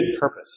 purpose